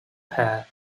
pair